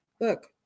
Look